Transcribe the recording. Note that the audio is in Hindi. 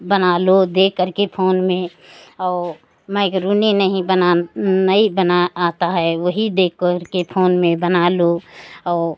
बना लो देख करके फोन में और मेक्रोनी नहीं बनाना नहीं बना आता है वही देख करके फोन में बना लो और